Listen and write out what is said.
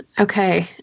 Okay